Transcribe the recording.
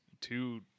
two